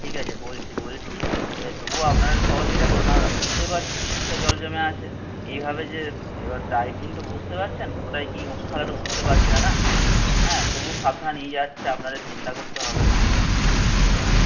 ঠিক আছে বলছি বলছি এবার তবুও আপনারা একটু সহযোগিতা করুন কেননা বুঝতেই পাচ্ছেন রাস্তায় জল জমে আছে এইভাবে যে এবার ড্রাইভিং তো বুঝতে পারছেন কোথায় কি উঁচু খাড়া তো বুঝতে পারছে না না হ্যাঁ তবুও সাবধানে নিয়ে যাচ্ছে আপনাদের চিন্তা করতে হবে না ঠিক আছে